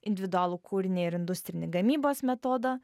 individualų kūrinį ir industrinį gamybos metodą